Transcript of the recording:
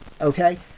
Okay